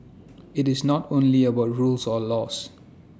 IT is not only about rules or laws